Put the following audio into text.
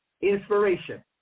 inspiration